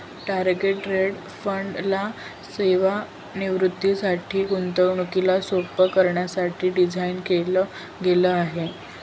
target date fund ला सेवानिवृत्तीसाठी, गुंतवणुकीला सोप्प करण्यासाठी डिझाईन केल गेल आहे